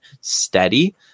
steady